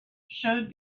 showed